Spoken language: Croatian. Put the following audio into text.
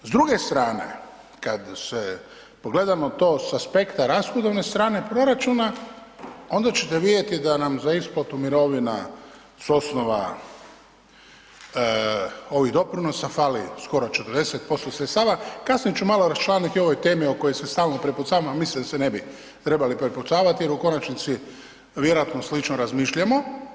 D druge strane kad se pogledamo to s aspekta rashodovne strane proračuna onda ćete vidjeti da nam za isplatu mirovina s osnova ovih doprinosa fali skoro 40% sredstava, kasnije ću malo raščlaniti o ovoj temi o kojoj se stalno prepucavamo, a mislim da se ne bi trebali prepucavati jer u konačnici vjerojatno slično razmišljamo.